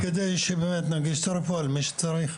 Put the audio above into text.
לכן אנחנו נעשה את המקסימום כדי שבאמת ננגיש קודם כל למי שצריך.